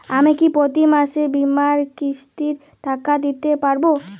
আমি কি প্রতি মাসে বীমার কিস্তির টাকা দিতে পারবো?